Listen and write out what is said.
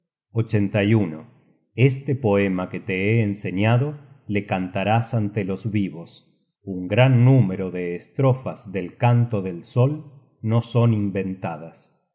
search generated at este poema que te he enseñado le cantarás ante los vivos un gran número de estrofas del canto del sol no son inventadas